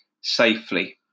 safely